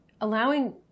allowing